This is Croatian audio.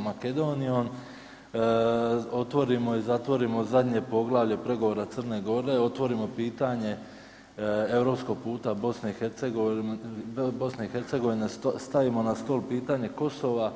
Makedonijom, otvorimo i zatvorimo zadnje poglavlje pregovora Crne Gore, otvorimo pitanje europskog puta BiH, stavimo na stol pitanje Kosova,